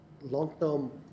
long-term